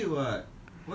ah